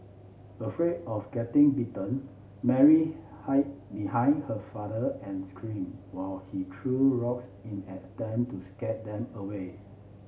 afraid of getting bitten Mary hide behind her father and screamed while he threw rocks in an attempt to scare them away